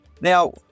Now